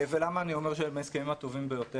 למה אני אומר שהם ההסכמים הטובים ביותר?